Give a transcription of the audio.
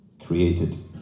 created